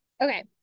Okay